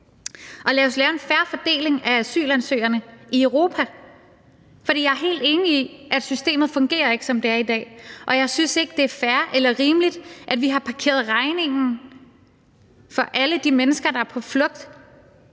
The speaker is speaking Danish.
og lad os lave en fair fordeling af asylansøgerne i Europa, fordi jeg er helt enig i, at systemet, som det er i dag, ikke fungerer, og jeg synes ikke, det er fair eller rimeligt, at vi har parkeret regningen for alle de mennesker, der er på flugt,